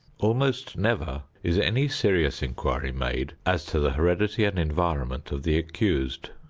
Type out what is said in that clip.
almost never is any serious inquiry made as to the heredity and environment of the accused.